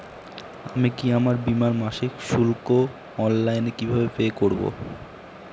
আমি কি আমার বীমার মাসিক শুল্ক অনলাইনে কিভাবে পে করব?